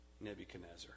Nebuchadnezzar